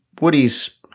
Woody's